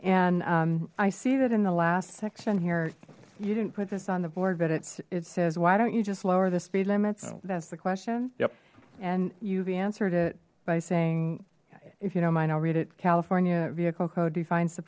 and i see that in the last section here you didn't put this on the board but it's it says why don't you just lower the speed limits that's the question yep and you've answered it by saying if you know mine i'll read it california vehicle code defines the